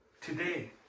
today